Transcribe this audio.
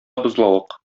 бозлавык